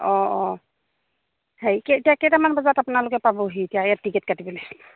অঁ অঁ হেৰি কি এতিয়া কেইটামান বজাত আপোনালোকে পাবহি এতিয়া ইয়াত টিকেট কাটিবলৈ